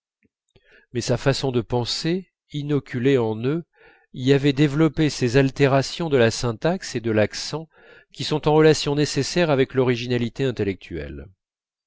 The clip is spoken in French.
mais sa façon de penser inoculée en eux y avait développé ces altérations de la syntaxe et de l'accent qui sont en relation nécessaire avec l'originalité intellectuelle